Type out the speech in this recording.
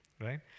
right